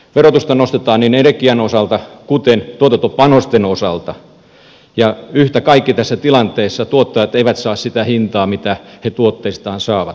verotusta nostetaan niin energian osalta kuin tuotantopanostenkin osalta ja yhtä kaikki tässä tilanteessa tuottajat eivät saa sitä hintaa mitä he tuotteistaan saavat